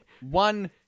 one